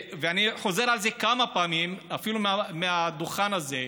אני חוזר על זה כמה פעמים, אפילו מעל הדוכן הזה,